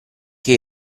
che